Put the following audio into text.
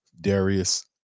Darius